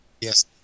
Yes